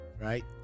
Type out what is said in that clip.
right